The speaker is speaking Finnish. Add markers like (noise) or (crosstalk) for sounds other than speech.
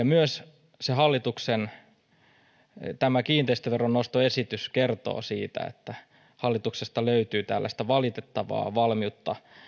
(unintelligible) myös hallituksen kiinteistöveron nostoesitys kertoo siitä että hallituksesta löytyy tällaista valitettavaa valmiutta